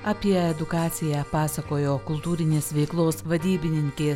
apie edukaciją pasakojo kultūrinės veiklos vadybininkė